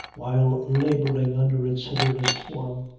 while laboring under its severest form.